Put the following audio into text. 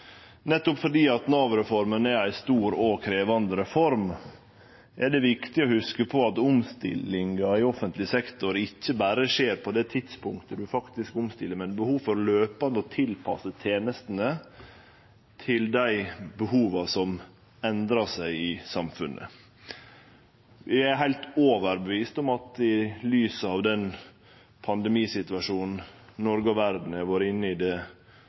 Nettopp fordi Nav-reforma er ei stor og krevjande reform, er det viktig å hugse på at omstillinga i offentleg sektor ikkje berre skjer på det tidspunktet ein faktisk omstiller – det er behov for løpande å tilpasse tenestene til dei behova som endrar seg i samfunnet. Eg er heilt overtydd om at i lys av den pandemisituasjonen Noreg og verda har vore inne i det